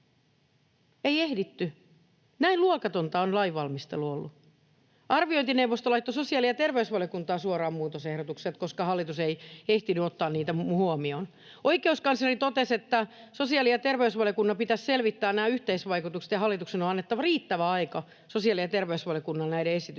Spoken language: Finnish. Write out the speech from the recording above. ei ehditty. Näin luokatonta on lainvalmistelu ollut. Arviointineuvosto laittoi sosiaali- ja terveysvaliokuntaan suoraan muutosehdotukset, koska hallitus ei ehtinyt ottaa niitä huomioon. Oikeuskansleri totesi, että sosiaali- ja terveysvaliokunnan pitäisi selvittää nämä yhteisvaikutukset ja hallituksen on annettava riittävä aika sosiaali- ja terveysvaliokunnalle näiden esitysten